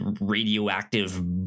radioactive